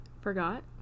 Forgot